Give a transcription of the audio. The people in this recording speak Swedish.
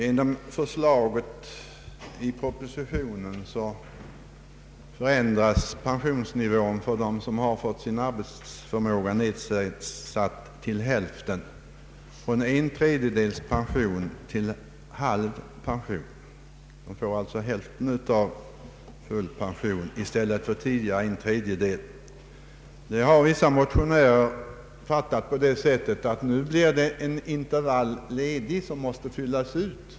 Enligt propositionens förslag förändras pensionsnivån för dem som har fått sin arbetsförmåga nedsatt till hälften från en tredjedels pension till halv pension. De får alltså hälften i stället för tidigare en tredjedel av full pension. Detta har vissa motionärer uppfattat så, att det blir en intervall ledig som måste fyllas ut.